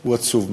הוא עצוב מאוד.